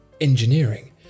engineering